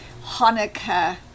Hanukkah